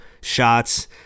shots